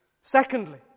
Secondly